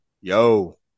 yo